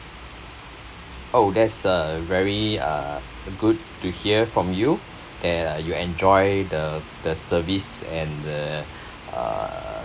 oh that's a very uh good to hear from you that uh you enjoy the the service and the uh